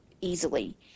easily